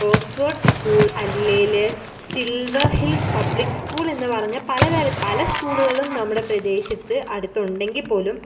Oxford school അല്ലെങ്കിൽ silver hills public school എന്ന് പറഞ്ഞ പല തര പല സ്കൂളുകളും നമ്മുടെ പ്രദേശത്ത് അടുത്ത് ഉണ്ടെങ്കിൽ പോലും